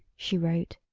she wrote.